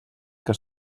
que